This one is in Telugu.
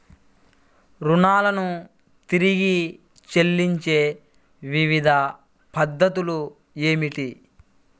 రుణాలను తిరిగి చెల్లించే వివిధ పద్ధతులు ఏమిటి?